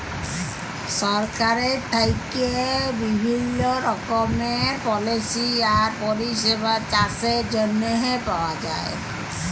সরকারের থ্যাইকে বিভিল্ল্য রকমের পলিসি আর পরিষেবা চাষের জ্যনহে পাউয়া যায়